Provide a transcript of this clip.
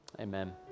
amen